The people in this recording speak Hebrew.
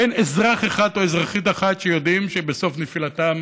אין אזרח אחד או אזרחית אחת שיודעים שבסוף נפילתם